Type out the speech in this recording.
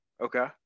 Okay